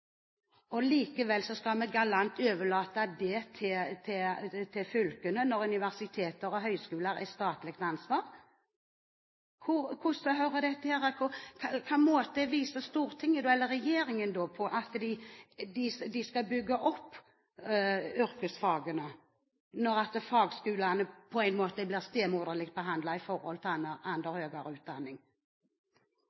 skal vi galant overlate dem til fylkene, når universiteter og høyskoler er statlig ansvar. På hvilken måte viser regjeringen at en skal bygge opp yrkesfagene, når fagskolene på en måte blir stemoderlig behandlet i forhold til